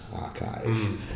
archive